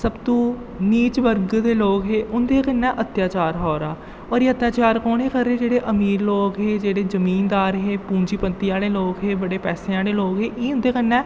सब तों नीच बर्ग दे लोग हे उं'दे कन्नै अत्याचार हा होआ दा और एह् अत्याचार कौन हे करा दे जेह्ड़े अमीर लोक हे जेह्ड़े जमीनदार हे पूंजीपति आह्ले लोक हे बड़े पैसें आह्ले लोक हे एह् उं'दे कन्नै